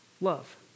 love